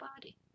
body